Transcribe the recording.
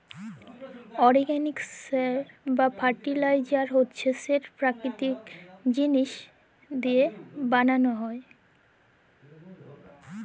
organic সার বা fertiliser হছে যেট পাকিতিক জিলিস লিঁয়ে বালাল হ্যয়